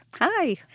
Hi